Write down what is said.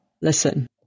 Listen